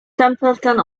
templeton